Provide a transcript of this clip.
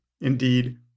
Indeed